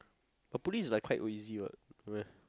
the police is like quite or easy [what] no meh